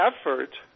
effort